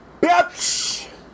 Bitch